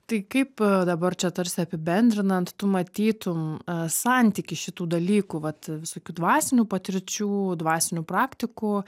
tai kaip dabar čia tarsi apibendrinant tu matytum santykį šitų dalykų vat visokių dvasinių patirčių dvasinių praktikų